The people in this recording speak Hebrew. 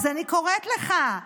אז אני קוראת לך,